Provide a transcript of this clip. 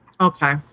Okay